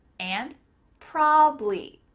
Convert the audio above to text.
and probably.